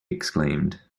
exclaimed